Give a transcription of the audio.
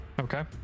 Okay